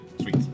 Sweet